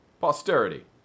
Posterity